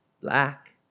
black